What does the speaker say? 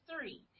three